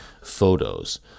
photos